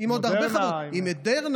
עם עוד הרבה חברות, עם מודרנה.